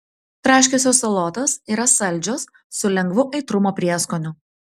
traškiosios salotos yra saldžios su lengvu aitrumo prieskoniu